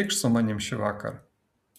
eikš su manimi šįvakar